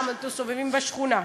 למה אתם מסתובבים בשכונה?